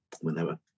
whenever